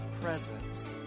presence